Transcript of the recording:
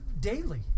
daily